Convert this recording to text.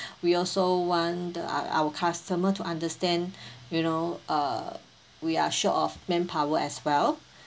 we also want the our our customer to understand you know uh we are short of manpower as well